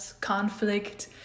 conflict